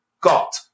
got